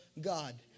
God